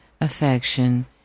affection